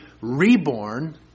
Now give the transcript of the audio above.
reborn